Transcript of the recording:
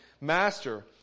Master